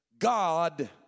God